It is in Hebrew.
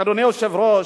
אדוני היושב-ראש,